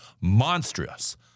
monstrous